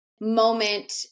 moment